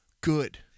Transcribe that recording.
good